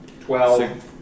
Twelve